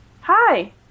hi